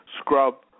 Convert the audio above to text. scrub